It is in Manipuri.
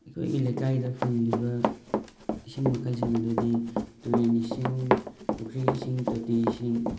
ꯑꯩꯈꯣꯏꯒꯤ ꯂꯩꯀꯥꯏꯗ ꯐꯪꯂꯤꯕ ꯏꯁꯤꯡ ꯃꯈꯩꯁꯤꯡ ꯑꯗꯨꯗꯤ ꯇꯨꯔꯦꯟ ꯏꯁꯤꯡ ꯄꯨꯈ꯭ꯔꯤ ꯏꯁꯤꯡ ꯇꯣꯇꯤ ꯏꯁꯤꯡ